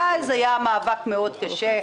ואז היה מאבק מאד קשה,